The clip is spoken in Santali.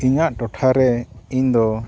ᱤᱧᱟᱹᱜ ᱴᱚᱴᱷᱟᱨᱮ ᱤᱧᱫᱚ